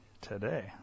today